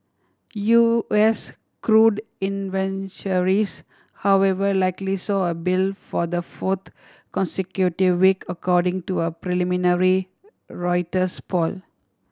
U S crude however likely saw a build for the fourth consecutive week according to a preliminary Reuters poll